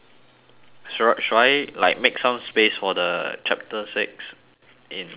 should should I like make some space for the chapter six in my cheat sheet